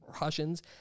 Russians